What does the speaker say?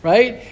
Right